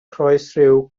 croesryw